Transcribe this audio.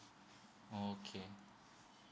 okay